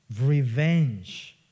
revenge